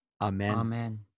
Amen